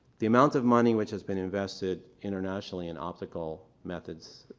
the amount of money which has been invested internationally in optical methods,